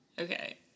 Okay